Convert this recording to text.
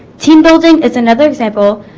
team building is another example